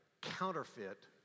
counterfeit